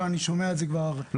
אבל אני שומע את זה כבר --- לא,